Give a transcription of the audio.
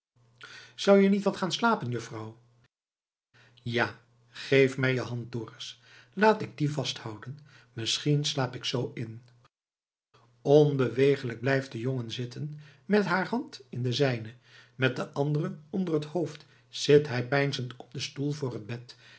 zou je niet wat gaan slapen juffrouw ja geef mij je hand dorus laat ik die vasthouden misschien slaap ik z in onbeweeglijk blijft de jongen zitten met haar hand in de zijne met de andere onder het hoofd zit hij peinzend op den stoel voor het bed